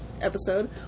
episode